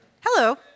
Hello